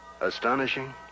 Astonishing